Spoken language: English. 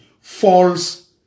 false